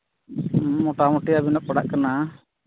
ᱢᱚᱴᱟᱢᱩᱴᱤ ᱟᱹᱵᱤᱱᱟᱜ ᱯᱟᱲᱟᱜ ᱠᱟᱱᱟ